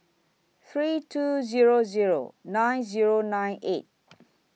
three two Zero Zero nine Zero nine eight